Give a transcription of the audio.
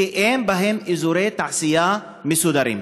כי אין בהם אזורי תעשייה מסודרים.